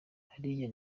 hariya